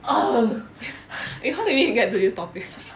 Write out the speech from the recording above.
oh eh how did we get to this topic